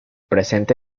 presenta